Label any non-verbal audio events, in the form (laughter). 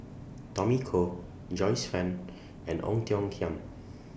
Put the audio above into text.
Tommy Koh Joyce fan and Ong Tiong Khiam (noise)